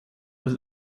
was